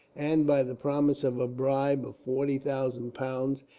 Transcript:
and by the promise of a bribe of forty thousand pounds,